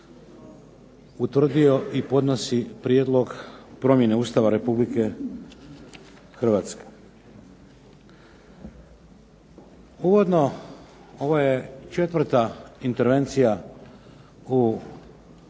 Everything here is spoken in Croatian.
utvrdio i podnosi prijedlog promjene Ustava Republike Hrvatske. Uvodno ovo je četvrta intervencija u prvi